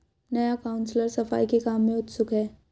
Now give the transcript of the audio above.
नया काउंसलर सफाई के काम में उत्सुक है